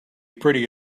pretty